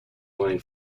line